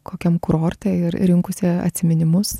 kokiam kurorte ir rinkusi atsiminimus